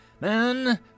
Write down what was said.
Man